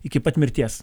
iki pat mirties